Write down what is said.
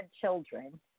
children